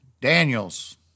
Daniels